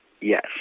yes